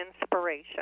inspiration